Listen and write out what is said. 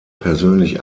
persönlich